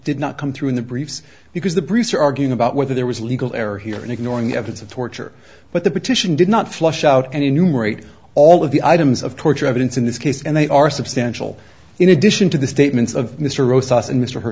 did not come through in the briefs because the briefs are arguing about whether there was a legal error here and ignoring evidence of torture but the petition did not flush out and enumerate all of the items of torture evidence in this case and they are substantial in addition to the statements of mr ross and mr h